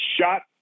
shot